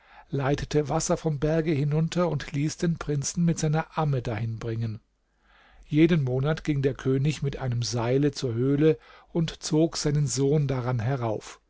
leitete wasser vom berge hinunter und ließ den prinzen mit seiner amme dahin bringen jeden monat ging der könig mit einem seile zur höhle und zog seinen sohn daran herauf